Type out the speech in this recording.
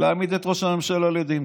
להעמיד את ראש הממשלה לדין.